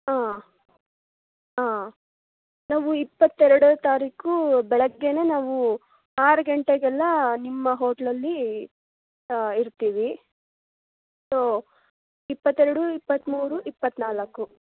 ಹಾಂ ಹಾಂ ನಾವು ಇಪ್ಪತ್ತೆರಡು ತಾರೀಖು ಬೆಳಗ್ಗೆಯೇ ನಾವು ಆರು ಗಂಟೆಗೆಲ್ಲ ನಿಮ್ಮ ಹೊಟ್ಲಲ್ಲಿ ಇರ್ತೀವಿ ಸೊ ಇಪ್ಪತ್ತೆರಡು ಇಪ್ಪತ್ತ್ಮೂರು ಇಪ್ಪತ್ತ್ನಾಲ್ಕು